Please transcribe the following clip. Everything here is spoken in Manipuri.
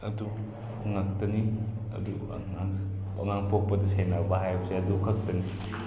ꯑꯗꯨ ꯉꯛꯇꯅꯤ ꯑꯗꯨ ꯑꯉꯥꯡ ꯑꯉꯥꯡ ꯄꯣꯛꯄ ꯁꯦꯟꯅꯕ ꯍꯥꯏꯕꯁꯦ ꯑꯗꯨ ꯈꯛꯇꯅꯤ